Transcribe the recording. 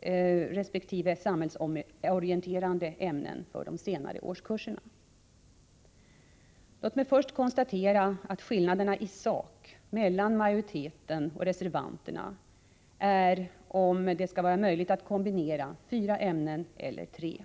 resp. samhällsorienterande ämnen för de senare årskurserna. Låt mig först konstatera att skillnaden i sak mellan majoriteten och reservationerna är om det skall vara möjligt att kombinera fyra ämnen eller tre.